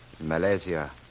Malaysia